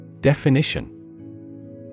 Definition